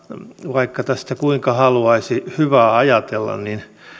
vaikka tästä kuinka haluaisi hyvää ajatella niin